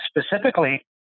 specifically